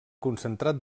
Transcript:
concentrat